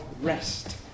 rest